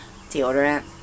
deodorant